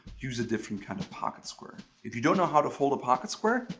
use a different kind of pocket square. if you don't know how to fold a pocket square,